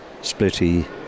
splitty